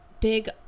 big